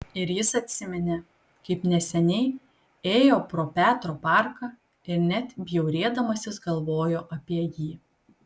ir jis atsiminė kaip neseniai ėjo pro petro parką ir net bjaurėdamasis galvojo apie jį